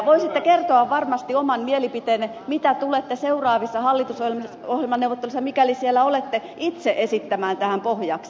voisitte kertoa varmasti oman mielipiteenne mitä tulette seuraavissa hallitusohjelmaneuvotteluissa mikäli siellä olette itse esittämään tähän pohjaksi